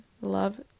Love